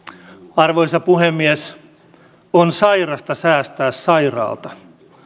arvoisa puhemies on sairasta säästää sairaalta